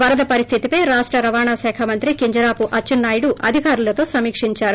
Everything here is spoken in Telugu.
వరద పరిస్వితిపై రాష్ట రవాణా మంత్రి కింజరాపు అచ్చెంనాయుడు అధికారులతో సమీక్షించారు